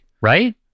Right